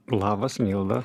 labas milda